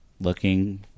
looking